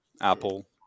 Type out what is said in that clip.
Apple